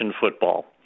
football